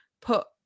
put